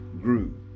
grew